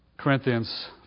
Corinthians